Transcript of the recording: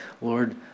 Lord